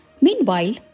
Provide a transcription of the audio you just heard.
Meanwhile